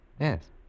Yes